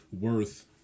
worth